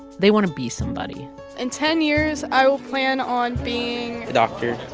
they want to be somebody in ten years, i will plan on being. a doctor,